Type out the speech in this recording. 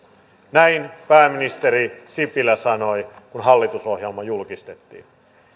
näin pääministeri sipilä sanoi kun hallitusohjelma julkistettiin